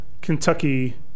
Kentucky